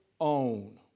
own